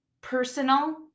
personal